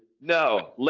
No